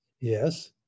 Yes